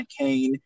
McCain